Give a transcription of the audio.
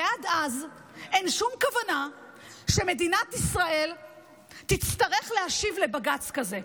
ועד אז אין שום כוונה שמדינת ישראל תצטרך להשיב לבג"ץ כזה.